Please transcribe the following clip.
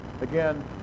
Again